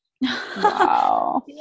Wow